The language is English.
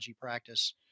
practice